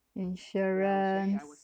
insurance